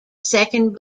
second